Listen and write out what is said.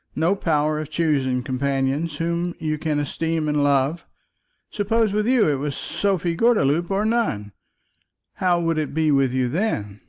no power of choosing companions whom you can esteem and love suppose with you it was sophie gordeloup or none how would it be with you then?